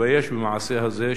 שתתבייש במעשה הזה,